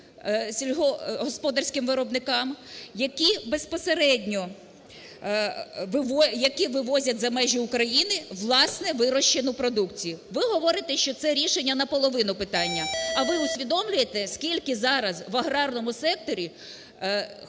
сільськогосподарським виробникам, які безпосередньо вивозять за межі України власно вирощену продукцію. Ви говорите, що це рішення наполовину питання. А ви усвідомлюєте, скільки зараз в аграрному секторі